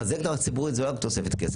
לחזק את המערכת הציבורית זה לא רק בתוספת כסף.